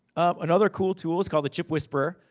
another cool tool, it's called the chipwhisperer.